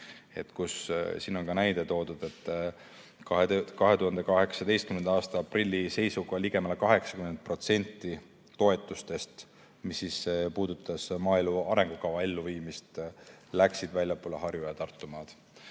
Siin on ka näide toodud: 2018. aasta aprilli seisuga ligemale 80% toetustest, mis puudutasid maaelu arengukava elluviimist, läksid väljapoole Harju‑ ja Tartumaad.